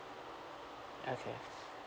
okay